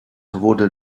wurde